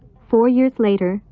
four years later,